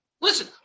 Listen